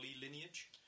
lineage